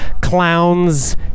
clowns